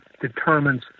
determines